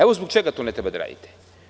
Evo zbog čega to ne treba da radite.